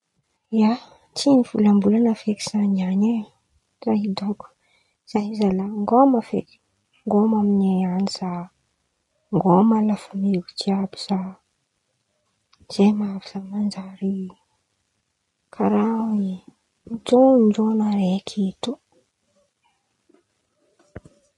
ia, tsy nivolambolan̈a feky zaho nian̈y e! Tsy haiko raha ataoko! Za io zalahy ngôma feky, ngôma amin̈ay an̈y Zaho, ngôma lafamiko jìàby, zen̈y mahavy za manjary karàha jôn̈ojôn̈o araiky eto.